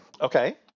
Okay